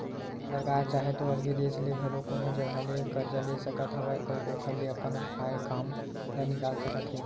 सरकार चाहे तो अलगे देस ले घलो कोनो जघा ले करजा ले सकत हवय अउ ओखर ले अपन आय काम ल निकाल सकत हे